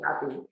happy